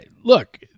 look